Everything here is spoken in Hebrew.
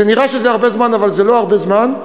ונראה שזה הרבה זמן אבל זה לא הרבה זמן,